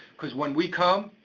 cause when we come,